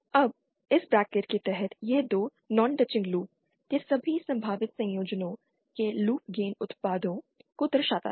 अब इस ब्रैकेट के तहत यह 2 नॉन टचिंग लूप के सभी संभावित संयोजनों के लूप गेन उत्पादों को दर्शाता है